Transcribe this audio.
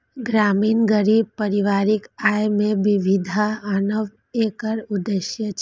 ग्रामीण गरीब परिवारक आय मे विविधता आनब एकर उद्देश्य छियै